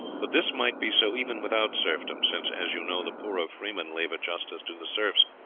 but this might be so even without serfdom, since, as you know, the poorer freemen labour just as do the serfs,